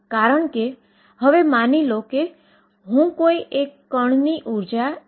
પરંતુ તે એક છે મૂળભૂત સમીકરણ તે અન્ય કોઈપણ રીતે મેળવી શકાતું નથી